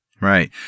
Right